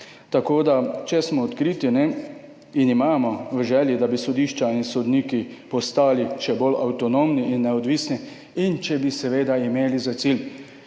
sodnikov. Če smo odkriti in si želimo, da bi sodišča in sodniki postali še bolj avtonomni in neodvisni, če bi seveda imeli cilj,